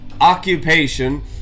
occupation